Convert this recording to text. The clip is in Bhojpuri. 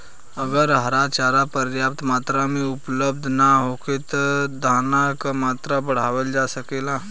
अगर हरा चारा पर्याप्त मात्रा में उपलब्ध ना होखे त का दाना क मात्रा बढ़ावल जा सकेला?